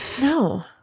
No